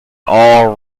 all